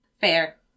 Fair